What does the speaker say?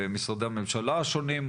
למשרדי הממשלה השונים,